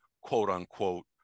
quote-unquote